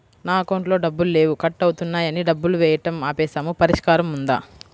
నా అకౌంట్లో డబ్బులు లేవు కట్ అవుతున్నాయని డబ్బులు వేయటం ఆపేసాము పరిష్కారం ఉందా?